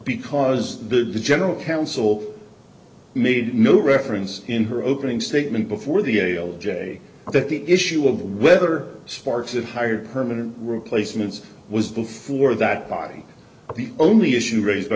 because the general counsel made no reference in her opening statement before the gale j that the issue of whether sparks of hired permanent replacements was before that body the only issue raised by